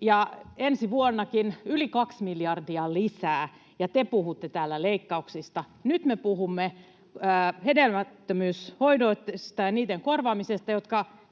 ja ensi vuonnakin yli kaksi miljardia lisää, ja te puhutte täällä leikkauksista. Nyt me puhumme hedelmättömyyshoidoista ja niiden korvaamisesta, jotka